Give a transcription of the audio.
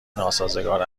ناسازگار